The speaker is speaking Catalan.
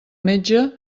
metge